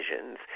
visions